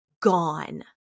gone